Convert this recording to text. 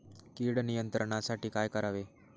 कीड नियंत्रणासाठी काय करावे?